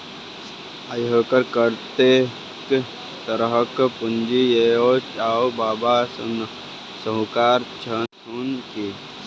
अहाँकेँ कतेक तरहक पूंजी यै यौ? बाबा शाहुकार छथुन की?